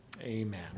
amen